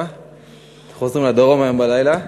אתם חוזרים לדרום היום בלילה.